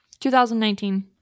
2019